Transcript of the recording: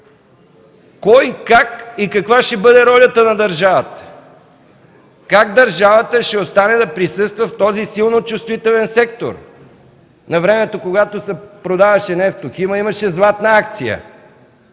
Кой, как и каква ще бъде ролята на държавата? Как държавата ще остане да присъства в този силно чувствителен сектор? Навремето, когато се продаваше „Нефтохим”, имаше Златна акция.